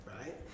right